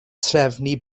trefnu